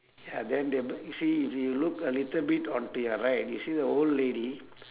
ya then they m~ you see if you look a little bit onto your right you see the old lady